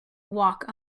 walk